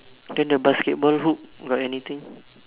then the basketball hoop got anything